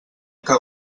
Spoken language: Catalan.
que